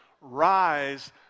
rise